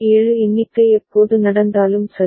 7 எண்ணிக்கை எப்போது நடந்தாலும் சரி